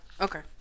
Okay